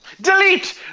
Delete